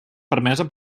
permesa